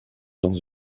dans